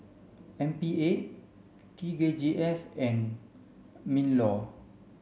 M P A T K G S and MINLAW